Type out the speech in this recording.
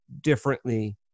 differently